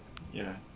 yeah